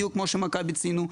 כפי שמכבי ציינו,